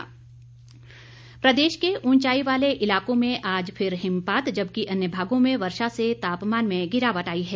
मौसम प्रदेश के ऊंचाई वाले इलाकों में आज फिर हिमपात जबकि अन्य भागों में वर्षा से तापमान में गिरावट आई है